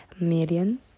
million